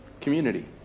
Community